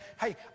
hey